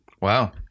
wow